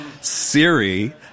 siri